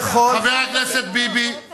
בכל, חבר הכנסת ביבי, אבל הוא גדל אתם.